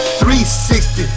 360